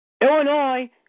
Illinois